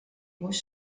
was